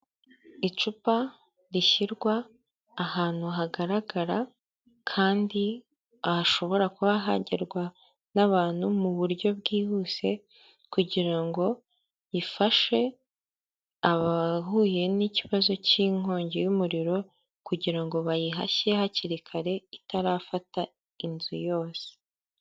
Icupa rishyirwa ahantu hagaragara kandi hashobora kuba hagerwa n'abantu mu buryo bwihuse kugira ngo rifashe abahuye n'ikibazo cy'inkongi y'umuriro kugira ngo bayihashye hakiri kare itarafata inzu yose.